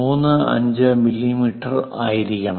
35 മില്ലിമീറ്ററായിരിക്കണം